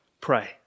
Pray